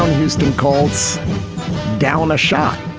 houston calls down a shot,